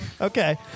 Okay